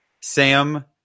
sam